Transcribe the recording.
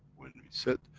when we said,